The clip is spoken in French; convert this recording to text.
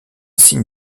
signe